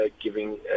giving